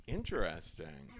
Interesting